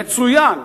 מצוין.